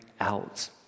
out